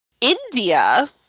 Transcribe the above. india